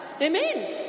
Amen